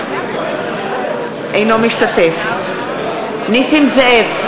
אינו משתתף בהצבעה נסים זאב,